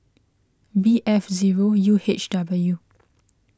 B F zero U H W